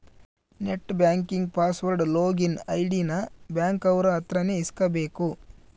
net banking password login ID ನ bank ಅವ್ರ ಅತ್ರ ನೇ ಇಸ್ಕಬೇಕು